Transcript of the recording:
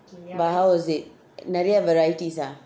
but how was it நிறைய:niraya varieties ah